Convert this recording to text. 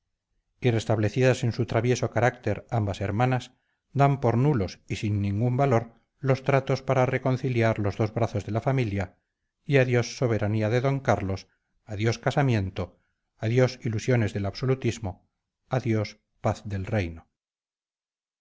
y restablecidas en su travieso carácter ambas hermanas dan por nulos y sin ningún valor los tratos para reconciliar los dos brazos de la familia y adiós soberanía de d carlos adiós casamiento adiós ilusiones del absolutismo adiós paz del reino